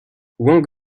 wang